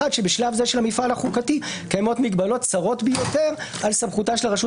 שבשלב זה של המפעל החוקתי קיימות מגבלות צרות ביותר על סמכותה של הרשות